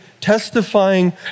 testifying